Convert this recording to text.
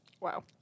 Wow